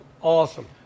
Awesome